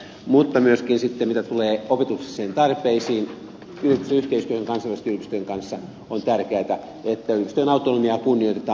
mutta myöskin sitten mitä tulee opetuksellisiin tarpeisiin yliopistojen yhteistyöhön kansainvälisten yliopistojen kanssa on tärkeätä että yliopistojen autonomiaa kunnioitetaan